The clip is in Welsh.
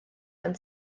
gan